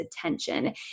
attention